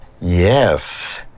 Yes